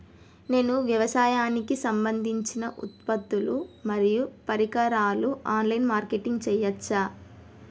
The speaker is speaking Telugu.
నేను వ్యవసాయానికి సంబంధించిన ఉత్పత్తులు మరియు పరికరాలు ఆన్ లైన్ మార్కెటింగ్ చేయచ్చా?